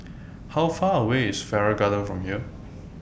How Far away IS Farrer Garden from here